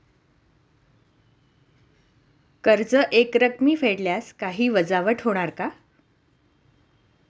कर्ज एकरकमी फेडल्यास काही वजावट होणार का?